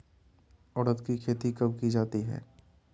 उड़द की खेती कब की जाती है?